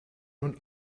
nun